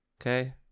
okay